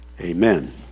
Amen